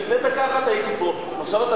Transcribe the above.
לפני דקה אחת הייתי פה ועכשיו אתה